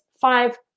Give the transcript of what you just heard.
five